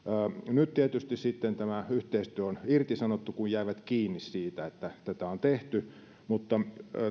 nyt tietysti tämä yhteistyö on irtisanottu kun jäivät kiinni siitä että tätä on tehty mutta